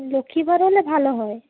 লক্ষ্মীবার হলে ভাল হয়